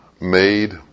made